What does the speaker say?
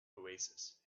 oasis